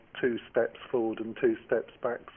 two-steps-forward-and-two-steps-back